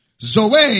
Zoe